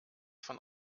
von